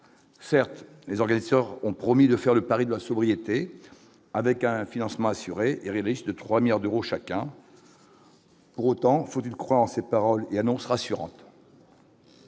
Certes, les organisateurs ont promis de faire le pari de la sobriété, avec un financement assuré réaliste de 3 milliards d'euros chacun. Pour autant, faut-il croire en ses paroles et annonce rassurante.